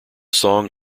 song